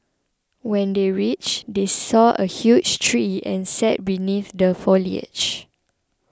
when they reached they saw a huge tree and sat beneath the foliage